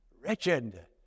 Wretched